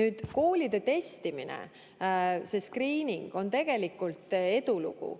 Nüüd koolides testimine. See skriining on tegelikult edulugu.